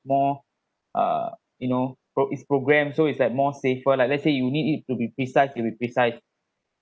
more uh you know pro its program so it's like more safer like let's say you need it to be precise it is precise